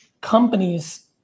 Companies